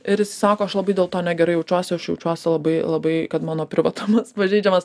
ir jis sako aš labai dėl to negerai jaučiuosi aš jaučiuosi labai labai kad mano privatumas pažeidžiamas